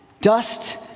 Dust